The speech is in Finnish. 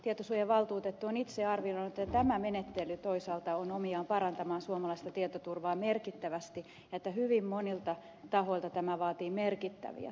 tietosuojavaltuutettu on itse arvioinut että tämä menettely toisaalta on omiaan parantamaan suomalaista tietoturvaa merkittävästi ja hyvin monilta tahoilta tämä vaatii merkittäviä toimia